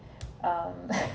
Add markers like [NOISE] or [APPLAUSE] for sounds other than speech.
um [LAUGHS]